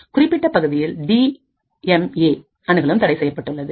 குறிப்பிட்ட பகுதியில் D M A அணுகலும் தடை செய்யப்பட்டுள்ளது